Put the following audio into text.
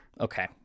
Okay